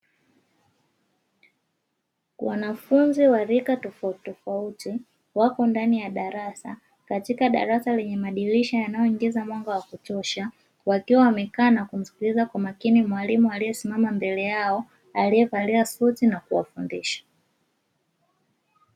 Wanafunzi wa rika tofauti tofauti wako ndani ya darasa, katika darasa lenye madirisha yanayoingiza mwanga wa kutosha wakiwa wamekaa na kumsikiliza kwa makini mwalimu, aliyesimama mbele yao aliyevalia suti na kuwafundisha.